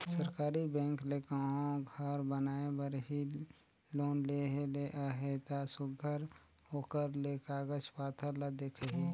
सरकारी बेंक ले कहों घर बनाए बर ही लोन लेहे ले अहे ता सुग्घर ओकर ले कागज पाथर ल देखही